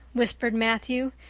whispered matthew,